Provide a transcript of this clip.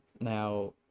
now